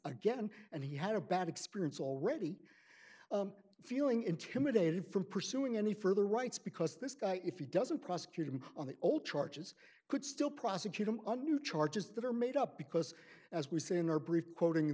again and he had a bad experience already feeling intimidated from pursuing any further rights because this guy if he doesn't prosecuted him on the whole charges could still prosecute him and new charges that are made up because as we say in our brief quoting